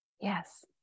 Yes